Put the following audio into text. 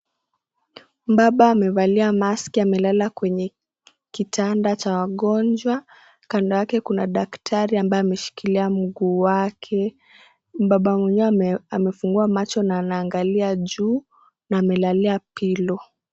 (CS)Mbaba(CS )amevalia maski amelala kwenye kitanda cha wagonjwa, kando yake kuna daktari ambaye ameshikilia miguu wake,(CS)mbaba(CS)mwenyewe amefungua macho na anaangalia juu na amelalia (CS)pillow (CS).